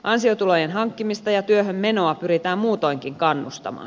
ansiotulojen hankkimista ja työhön menoa pyritään muutoinkin kannustamaan